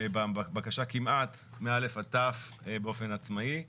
בבקשה כמעט מאל"ף עד ת"ו באופן עצמאי.